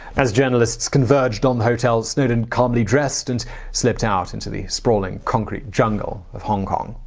as journalists converged on the hotel, snowden calmly dressed and slipped out into the sprawling concrete jungle of hong kong.